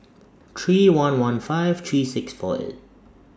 three one one five three six four eight